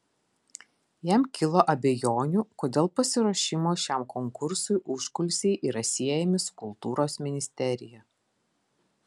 jam kilo abejonių kodėl pasiruošimo šiam konkursui užkulisiai yra siejami su kultūros ministerija